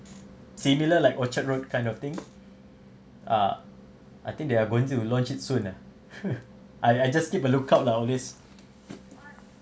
similar like orchard road kind of thing ah I think they are going to launch it soon ah I I just keep a lookout all these